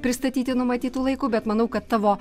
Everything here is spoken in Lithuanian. pristatyti numatytu laiku bet manau kad tavo